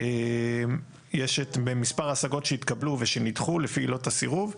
יש את מספר ההשגות שהתקבלו ושנדחו לפי עילות הסירוב.